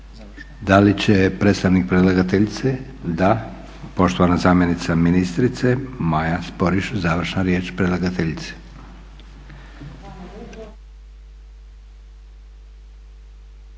Da li će predstavnik predlagateljice? Da. Poštovana zamjenica ministrice Maja Sporiš završna riječ predlagateljice.